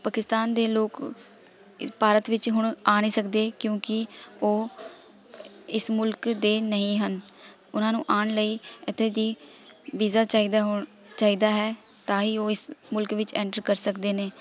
ਪਾਕਿਸਤਾਨ ਦੇ ਲੋਕ ਭਾਰਤ ਵਿੱਚ ਹੁਣ ਆ ਨਹੀਂ ਸਕਦੇ ਕਿਉਂਕਿ ਉਹ ਇਸ ਮੁਲਕ ਦੇ ਨਹੀਂ ਹਨ ਉਹਨਾਂ ਨੂੰ ਆਉਣ ਲਈ ਇੱਥੇ ਦੀ ਵੀਜ਼ਾ ਚਾਹੀਦਾ ਹੁਣ ਚਾਹੀਦਾ ਹੈ ਤਾਂ ਹੀ ਉਹ ਇਸ ਮੁਲਕ ਵਿੱਚ ਐਂਟਰ ਕਰ ਸਕਦੇ ਨੇ